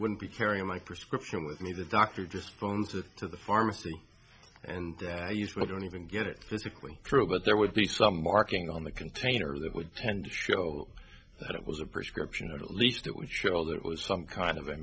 wouldn't be carrying my prescription with me the doctor just phones to to the pharmacy and i usually don't even get it physically true but there would be some marking on the container that would tend to show that it was a prescription at least it would show that it was some kind of a